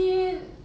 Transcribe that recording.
ya